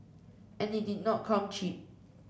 and it did not come cheap